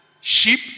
sheep